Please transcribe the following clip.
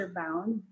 bound